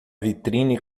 vitrine